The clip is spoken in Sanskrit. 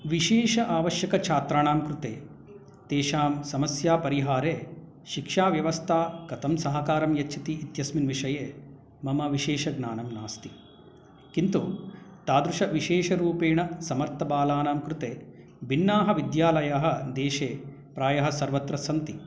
विशेष आवाश्यकछात्राणां कृते तेषां समस्या परिहारे शिक्षाव्यवस्था कथं सहकारं यच्छति इत्यस्मिन् विषये मम विशेष ज्ञानं नास्ति किन्तु तादृश विशेषरूपेणसमर्थबालानां कृते भिन्नाः विद्यालयः देशे प्रायः सर्वत्र सन्ति